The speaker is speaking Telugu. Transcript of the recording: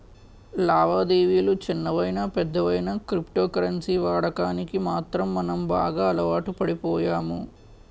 లావాదేవిలు చిన్నవయినా పెద్దవయినా క్రిప్టో కరెన్సీ వాడకానికి మాత్రం మనం బాగా అలవాటుపడిపోయాము